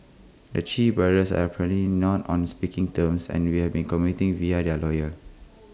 the Chee brothers are apparently not on speaking terms and you have been communicating via their lawyers